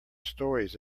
stories